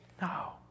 no